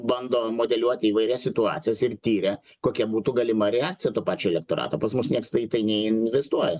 bando modeliuoti įvairias situacijas ir tiria kokia būtų galima reakcija to pačio elektorato pas mus nieks į tai neinvestuoja